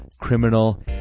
criminal